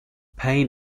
pain